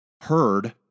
heard